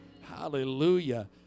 Hallelujah